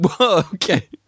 okay